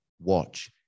Watch